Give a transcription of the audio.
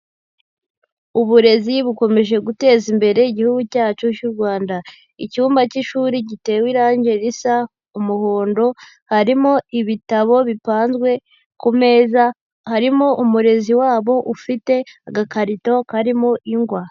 Uburezi bukomeje guteza imbere igihugu cyacu cy'u Rwanda. Icyumba cy'ishuri gitewe irangi risa umuhondo, harimo ibitabo bipanzwe ku meza, harimo umurezi wabo ufite agakarito karimo ingwa.